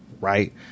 right